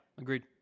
agreed